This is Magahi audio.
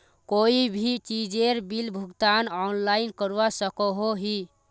कोई भी चीजेर बिल भुगतान ऑनलाइन करवा सकोहो ही?